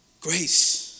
grace